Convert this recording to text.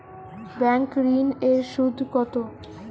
Bank ঋন এর সুদ কত?